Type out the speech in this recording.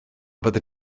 byddet